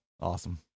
Awesome